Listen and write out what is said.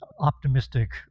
optimistic